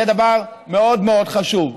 זה דבר מאוד חשוב.